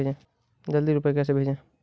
जल्दी रूपए कैसे भेजें?